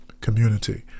community